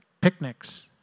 picnics